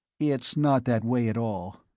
it's not that way at all.